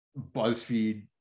buzzfeed